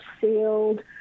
sealed